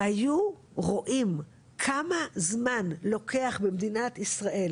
והיו רואים כמה זמן לוקח במדינת ישראל